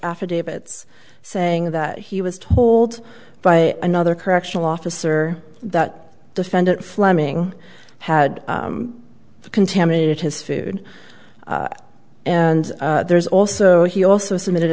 affidavits saying that he was told by another correctional officer that defendant fleming had contaminated his food and there's also he also submitted